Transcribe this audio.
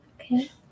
Okay